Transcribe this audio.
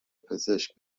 پزشک